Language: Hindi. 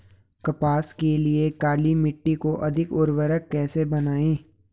कपास के लिए काली मिट्टी को अधिक उर्वरक कैसे बनायें?